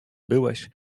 byłeś